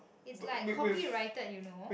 it's like copyrighted you know